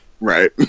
right